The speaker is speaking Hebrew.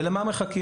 ולמה מחכים?